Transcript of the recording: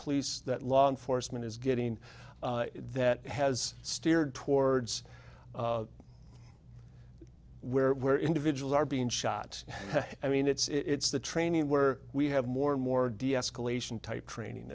police that law enforcement is getting that has steered towards where where individuals are being shot i mean it's the training where we have more and more deescalation type training